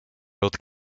both